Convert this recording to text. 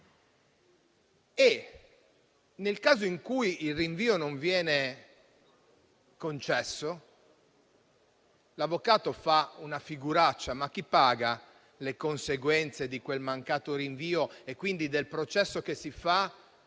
Nel caso in cui il rinvio non venga concesso, l'avvocato fa una figuraccia, ma chi paga le conseguenze del mancato rinvio e, quindi, del processo che si fa